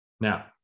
Now